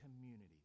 community